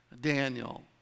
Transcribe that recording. Daniel